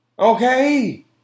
Okay